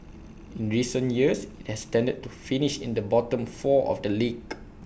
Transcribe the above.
in recent years has tended finish in the bottom four of the league